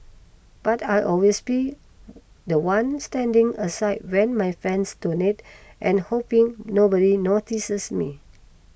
but I'll always be the one standing aside when my friends donate and hoping nobody notices me